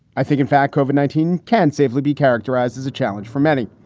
i think. in fact, kovar nineteen can safely be characterized as a challenge for many.